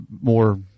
more